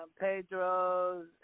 Pedro's